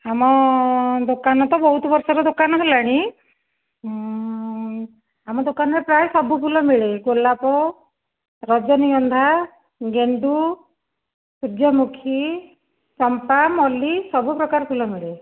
ଆମ ଦୋକାନ ତ ବହୁତ ବର୍ଷର ଦୋକାନ ହେଲାଣି ଆମ ଦୋକାନରେ ପ୍ରାୟ ସବୁ ଫୁଲ ମିଳେ ଗୋଲାପ ରଜନୀଗନ୍ଧା ଗେଣ୍ଡୁ ସୂର୍ଯ୍ୟମୁଖୀ ଚମ୍ପା ମଲ୍ଲି ସବୁ ପ୍ରକାର ଫୁଲ ମିଳେ